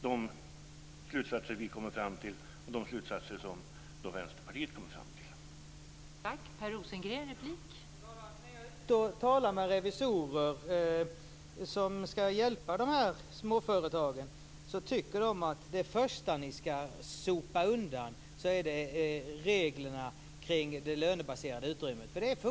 De slutsatser som vi kommer fram till och de som Vänsterpartiet kommer fram till går dock inte att förena.